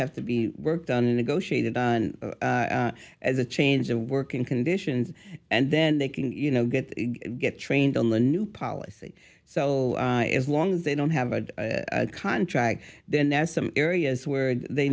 have to be worked on a negotiated on as a change of working conditions and then they can you know get get trained on the new policy so as long as they don't have a contract then there's some areas where they